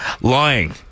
lying